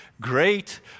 great